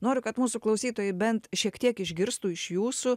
noriu kad mūsų klausytojai bent šiek tiek išgirstų iš jūsų